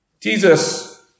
Jesus